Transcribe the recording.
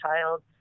child